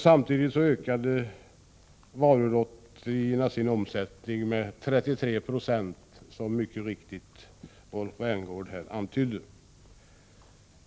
Samtidigt har varulotterierna ökat sin omsättning med 339.